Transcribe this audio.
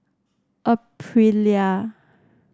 Aprilia